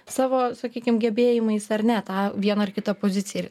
savo sakykim gebėjimais ar ne tą vieną ar kitą poziciją ir